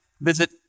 Visit